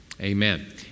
amen